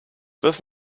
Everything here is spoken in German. wirf